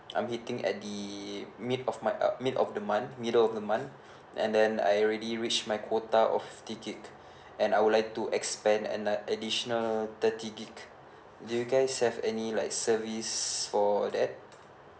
I'm hitting at the mid of my uh mid of the month middle of the month and then I already reach my quota of fifty gigabyte and I would like to expand another additional thirty gigabyte do you guys have any like service for that